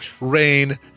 rain